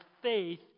faith